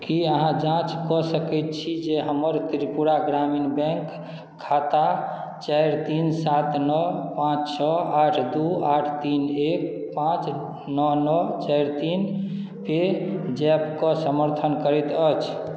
कि अहाँ जांँच कऽ सकै छी कि हमर त्रिपुरा ग्रामीण बैँक खाता चारि तीन सात नओ पाँच छओ आठ दुइ आठ तीन एक पाँच नओ नओ चारि तीन पेजैपके समर्थन करैत अछि